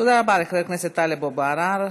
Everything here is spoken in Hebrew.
תודה רבה לחבר הכנסת טלב אבו עראר.